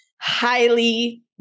highly